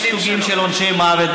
יש סוגים של עונשי מוות,